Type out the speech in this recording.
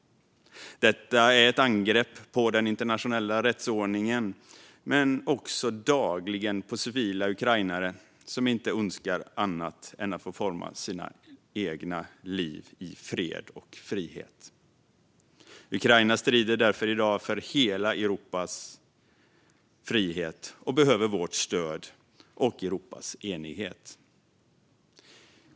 Det är ett angrepp på den internationella rättsordningen men också dagligen på civila ukrainare som inte önskar annat än att få forma sina egna liv i fred och frihet. Ukraina strider därför i dag för hela Europas frihet och behöver vårt stöd och Europas enighet.